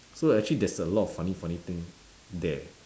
so actually there's a lot of funny funny thing there